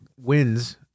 wins